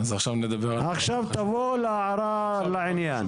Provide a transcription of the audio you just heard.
עכשיו תגיע לעניין.